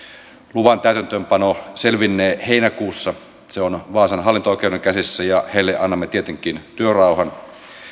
luvan täytäntöönpano selvinnee heinäkuussa se on vaasan hallinto oikeuden käsissä ja heille annamme tietenkin työrauhan